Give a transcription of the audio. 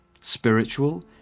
spiritual